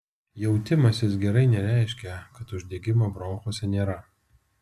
jautimasis gerai nereiškia kad uždegimo bronchuose nėra